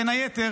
בין היתר